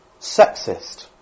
sexist